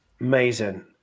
Amazing